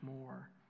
more